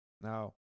now